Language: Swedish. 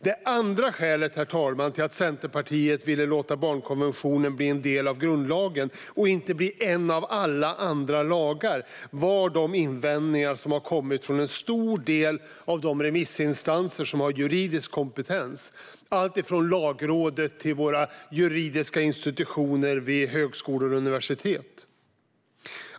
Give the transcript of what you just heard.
Det andra skälet, herr talman, till att Centerpartiet ville låta barnkonventionen bli en del av grundlagen och inte bli en av alla andra lagar var de invändningar som har kommit från en stor del av de remissinstanser som har juridisk kompetens - alltifrån Lagrådet till juridiska institutioner vid våra högskolor och universitet.